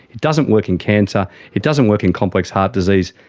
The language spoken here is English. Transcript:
it doesn't work in cancer, it doesn't work in complex heart disease,